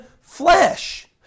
flesh